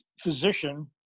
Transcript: physician